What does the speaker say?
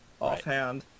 offhand